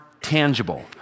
tangible